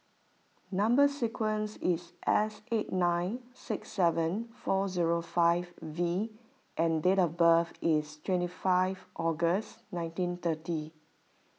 Number Sequence is S eight nine six seven four zero five V and date of birth is twenty five August nineteen thirty